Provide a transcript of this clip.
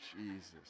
Jesus